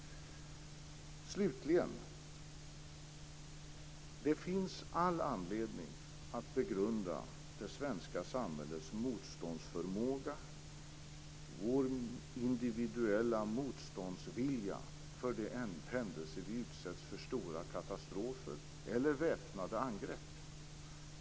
Slutligen vill jag säga att det finns all anledning att begrunda det svenska samhällets motståndsförmåga och vår individuella motståndsvilja för den händelse att vi utsätts för stora katastrofer eller väpnade angrepp.